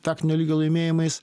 taktinio lygio laimėjimais